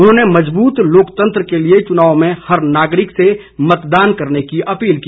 उन्होंने मजबूत लोकतंत्र के लिए चुनाव में हर नागरिक को मतदान करने की अपील की